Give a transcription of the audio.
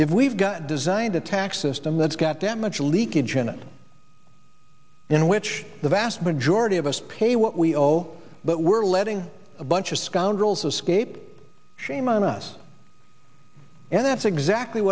if we've got designed a tax system that's got damage leakage in it in which the vast majority of us pay what we owe but we're letting a bunch of scoundrels escape shame on us and that's exactly